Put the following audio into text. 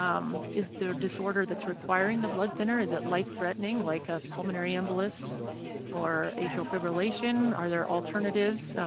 um is their disorder that's requiring the blood thinner? is it life-threatening, like a pulmonary embolus or atrial fibrillation? are there alternatives?